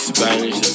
Spanish